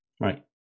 right